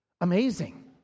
Amazing